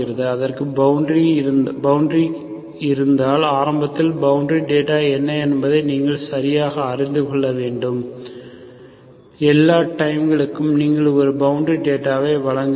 அதற்கு ஒரு பவுண்டரி இருந்தால் ஆரம்பத்தில் பவுண்டரி டேட்டா என்ன என்பதை நீங்கள் சரியாக அறிந்து கொள்ள வேண்டும் எல்லா டைம் களுக்கும் நீங்கள் ஒரு பவுண்டரி டேட்டாவை வழங்க வேண்டும்